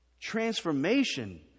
Transformation